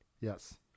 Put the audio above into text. Yes